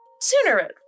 sooner